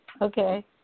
Okay